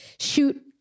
shoot